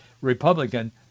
Republican